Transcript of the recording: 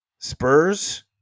Spurs